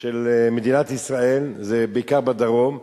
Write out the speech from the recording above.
של מדינת ישראל, זה בעיקר בדרום,